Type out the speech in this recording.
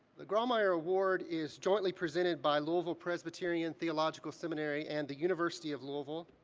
the grawemeyer award is jointly presented by louisville presbyterian theological seminary and the university of louisville.